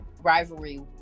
rivalry